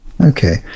Okay